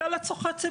לצורכי ציבור.